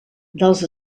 dels